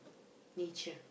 nature